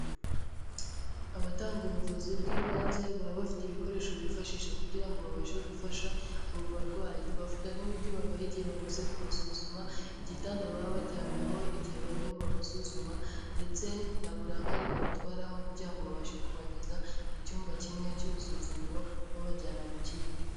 Abatanga ubuvuzi bw'ibanze baba bafite ibikoresho bifashisha kugira ngo babashe gufasha abo barwayi. Twavuga nk'imiti babaha igihe bamaze kubasuzuma, igitanda baba baryamyeho igihe barimo babasuzuma ndetse na burankari babatwaraho kugira ngo babashe kubageza mu cyumba kimwe cy'urusuzumiro babajyana mu kindi.